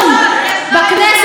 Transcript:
את כל כך לא מאמינה במערכת המשפט?